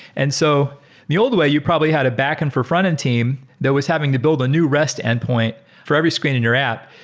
and so the old way, you probably had a backend for frontend team that was having to build a new rest endpoint for every screen in your app.